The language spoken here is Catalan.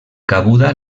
cabuda